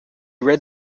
read